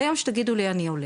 ביום שתגידו לי אני הולך.